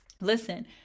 listen